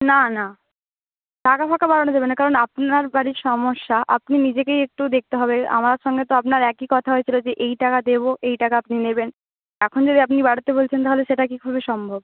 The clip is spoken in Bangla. না না টাকা ফাকা বাড়ানো যাবে না কারণ আপনার বাড়ির সমস্যা আপনি নিজেকেই একটু দেখতে হবে আমার সঙ্গে তো আপনার একই কথা হয়েছিল যে এই টাকা দেবো এই টাকা আপনি নেবেন এখন যদি আপনি বাড়াতে বলছেন তাহলে সেটা কীভাবে সম্ভব